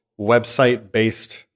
website-based